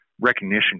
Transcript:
recognition